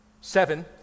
Seven